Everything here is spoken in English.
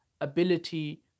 ability